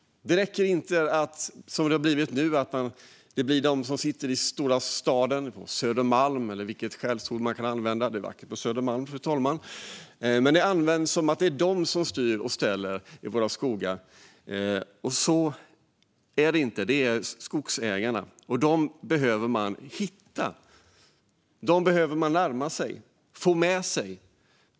Som det har blivit nu menas det att det är de som sitter i den stora staden, på Södermalm eller vilket skällsord man kan använda - det är vackert på Södermalm, fru talman - som styr och ställer i våra skogar. Så är det inte. Det är skogsägarna, och dem behöver man hitta. Dem behöver man närma sig och få med sig.